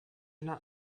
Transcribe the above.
not